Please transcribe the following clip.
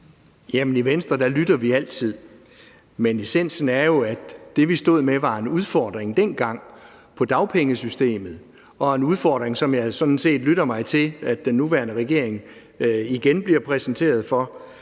I Venstre lytter vi altid. Men essensen er jo, at det, vi stod med dengang, var en udfordring i dagpengesystemet – en udfordring, som jeg sådan set lytter mig til den nuværende regering igen bliver præsenteret for